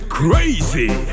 crazy